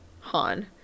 Han